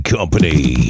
Company